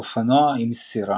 אופנוע עם "סירה"